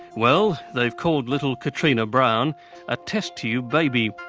well, they've called little katrina brown a test tube baby.